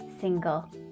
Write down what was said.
single